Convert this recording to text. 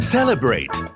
Celebrate